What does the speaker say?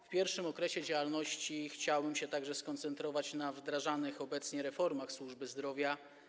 W pierwszym okresie działalności chciałbym się także skoncentrować na wdrażanych obecnie reformach służby zdrowia.